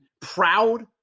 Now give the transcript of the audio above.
proud